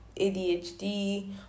ADHD